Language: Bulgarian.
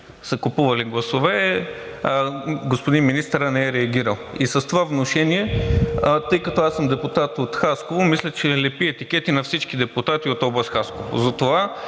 са купували гласове, господин Министърът не е реагирал. С това внушение, тъй като съм депутат от Хасково, мисля, че лепи етикети на всички депутати от област Хасково.